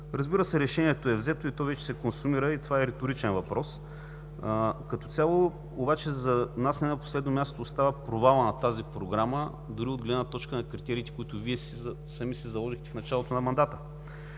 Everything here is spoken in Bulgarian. Разбира се, решението е взето, то вече се консумира и това е реторичен въпрос. Като цяло обаче за нас, не на последно място, остава провалът на тази програма, дори от гледна точка на критериите, които Вие сами си заложихте в началото на мандата,